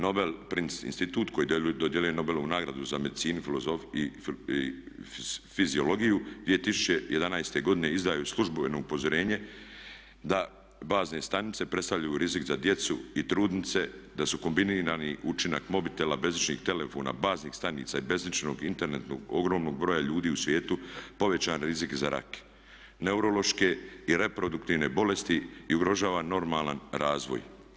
Nobel prize institut koji dodjeljuje Nobelovu nagradu za medicinu i fiziologiju 2011. godine izdao je službeno upozorenje da bazne stanice predstavljaju rizik za djecu i trudnice, da su kombinirani učinak mobitela, bežičnih telefona, baznih stanica i bežičnog internetskog ogromnog broja ljudi u svijetu, povećan rizik za rak, neurološke i reproduktivne bolesti i ugrožava normalan razvoj.